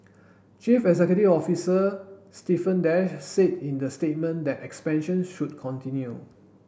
chief executive officer Stephen Dash said in the statement that expansion should continue